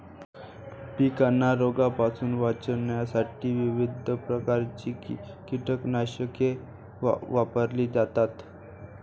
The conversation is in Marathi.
पिकांना रोगांपासून वाचवण्यासाठी विविध प्रकारची कीटकनाशके वापरली जातात